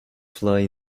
fly